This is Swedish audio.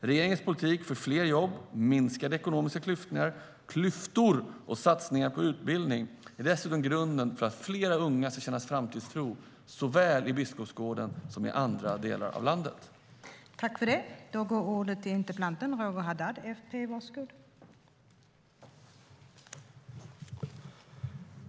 Regeringens politik för fler jobb, minskade ekonomiska klyftor och satsningar på utbildning är dessutom grunden för att fler unga ska känna en framtidstro såväl i Biskopsgården som i andra delar av landet.